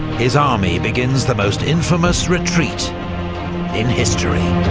his army begins the most infamous retreat in history.